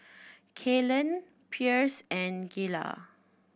Kaylan Pierce and Gayla